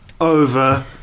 over